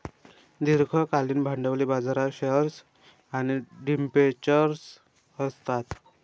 दीर्घकालीन भांडवली बाजारात शेअर्स आणि डिबेंचर्स असतात